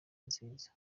nziza